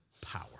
power